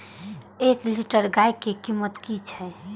एक लीटर गाय के कीमत कि छै?